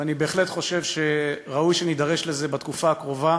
ואני בהחלט חושב שראוי שנידרש לזה בתקופה הקרובה.